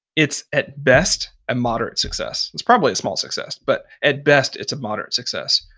it's, at best, a moderate success. it's probably a small success. but, at best, it's a moderate success.